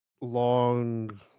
long